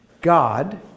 God